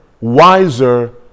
wiser